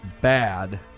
bad